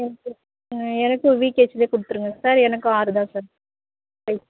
எனக்கு எனக்கும் விகேசி இதே கொடுத்துருங்க சார் எனக்கும் ஆறு தான் சார் சைஸ்